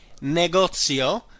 negozio